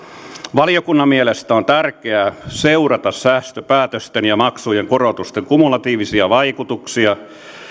valiokunnan mielestä on tärkeää seurata säästöpäätösten ja maksujen korotusten kumulatiivisia vaikutuksia